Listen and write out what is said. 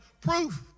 proof